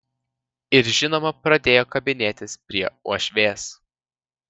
ir žinoma pradėjo kabinėtis prie uošvės